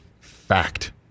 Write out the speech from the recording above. fact